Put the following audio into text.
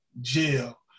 jail